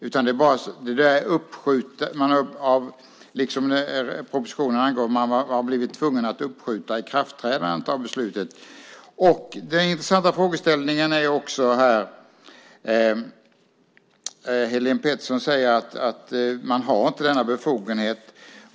Liksom angavs i propositionen har man blivit tvungen att uppskjuta ikraftträdandet av beslutet. Det här är en intressant frågeställning. Helene Petersson i Stockaryd säger att man inte har denna befogenhet.